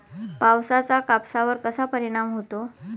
पावसाचा कापसावर कसा परिणाम होतो?